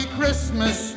Christmas